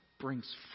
brings